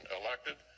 elected